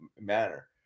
manner